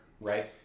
Right